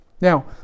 Now